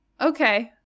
okay